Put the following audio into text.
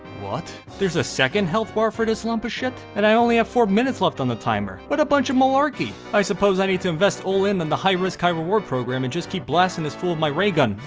what? there's a second health bar for this lump of shit? and i only have four minutes left on the timer. what a bunch of malarkey. i suppose i need to invest all in on and the high-risk, high-reward program and just keep blasting this fool with my ray gun,